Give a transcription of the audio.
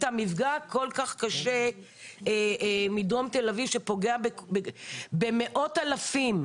המפגע הכול כך קשה מדרום תל אביב שפוגע במאות אלפים,